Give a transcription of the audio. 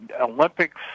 Olympics